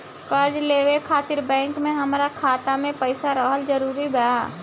कर्जा लेवे खातिर बैंक मे हमरा खाता मे पईसा रहल जरूरी बा?